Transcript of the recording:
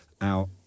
out